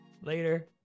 Later